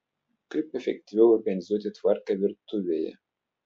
kaip efektyviau organizuoti tvarką virtuvėje